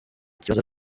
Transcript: ikibazo